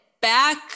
back